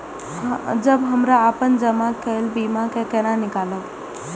जब हमरा अपन जमा केल बीमा के केना निकालब?